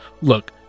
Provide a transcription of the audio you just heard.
Look